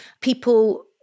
people